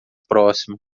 próximo